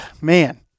man